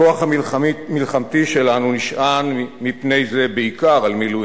הכוח המלחמתי שלנו נשען מפני זה בעיקר על מילואים,